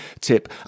tip